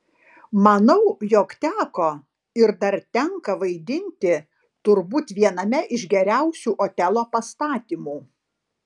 manau jog teko ir dar tenka vaidinti turbūt viename iš geriausių otelo pastatymų